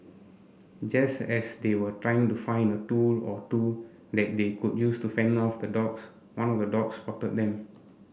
just as they were trying to find a tool or two that they could use to fend off the dogs one of the dogs spotted them